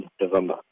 November